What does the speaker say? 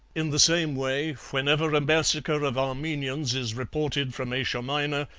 in the same way, whenever a massacre of armenians is reported from asia minor,